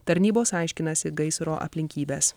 tarnybos aiškinasi gaisro aplinkybes